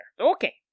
Okay